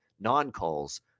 non-calls